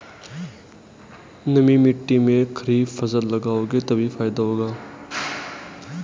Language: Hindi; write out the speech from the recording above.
नमी मिट्टी में खरीफ फसल लगाओगे तभी फायदा होगा